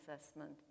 assessment